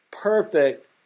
perfect